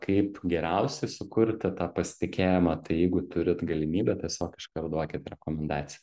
kaip geriausiai sukurti tą pasitikėjimą tai jeigu turit galimybę tiesiog iškart duokit rekomendaciją